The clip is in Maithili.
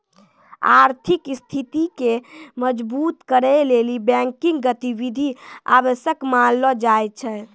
आर्थिक स्थिति के मजबुत करै लेली बैंकिंग गतिविधि आवश्यक मानलो जाय छै